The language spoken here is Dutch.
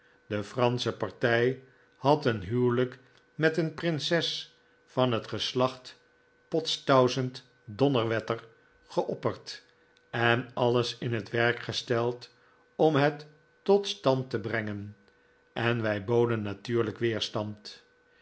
de fransche partij had een huwelijk met een prinses van het geslacht potztausenddonnerwetter geopperd en alles in het werk gesteld om het tot stand te brengen en wij boden natuurlijk weerstand